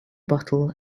bottle